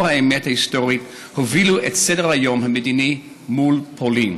האמת ההיסטורית הובילו את סדר-היום המדיני מול פולין.